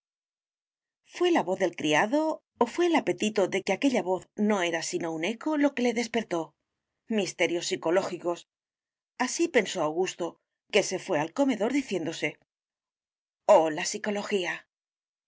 fué la voz del criado o fué el apetito de que aquella voz no era sino un eco lo que le despertó misterios psicológicos así pensó augusto que se fué al comedor diciéndose oh la psicología